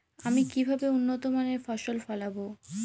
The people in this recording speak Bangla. আমি কিভাবে উন্নত মানের ফসল ফলাবো?